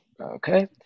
okay